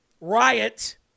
riot